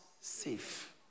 safe